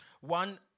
one